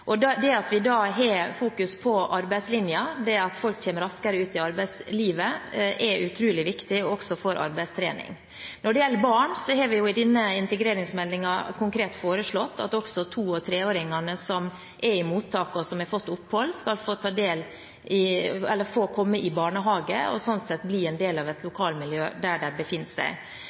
om de store linjene. Det at vi har fokus på arbeidslinjen – det at folk kommer raskere ut i arbeidslivet – er utrolig viktig, også for å få arbeidstrening. Når det gjelder barn, har vi i denne integreringsmeldingen konkret foreslått at også to- og treåringene som er i mottak, og som har fått opphold, skal få komme i barnehage og sånn sett bli en del av lokalmiljøet der de befinner seg.